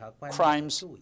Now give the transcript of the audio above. crimes